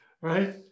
right